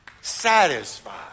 Satisfied